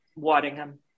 Waddingham